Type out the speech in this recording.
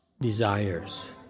desires